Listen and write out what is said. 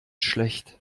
schlecht